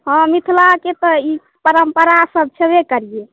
हँ मिथिलाके तऽ ई परम्परासभ छेबे करियै